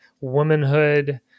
womanhood